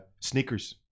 sneakers